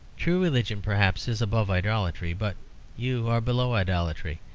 true religion, perhaps, is above idolatry. but you are below idolatry.